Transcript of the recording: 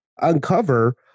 uncover